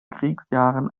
kriegsjahren